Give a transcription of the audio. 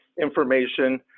information